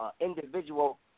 individual